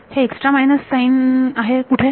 हे extra minus sign आहे कुठे